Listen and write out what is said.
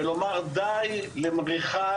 ולומר די למריחה,